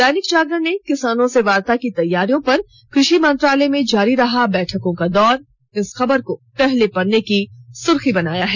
दैनिक जागरण ने किसानों से वार्ता की तैयारियों पर कृशि मंत्रालय में जारी रहा बैठकों का दौर खबर को पहले पन्ने की सुर्खी बनायी है